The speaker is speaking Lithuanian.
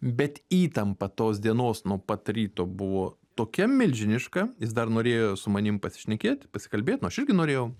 bet įtampa tos dienos nuo pat ryto buvo tokia milžiniška jis dar norėjo su manim pasišnekėt pasikalbėt nu aš irgi norėjau